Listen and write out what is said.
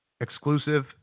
exclusive